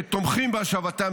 שתומכים בהשבתם,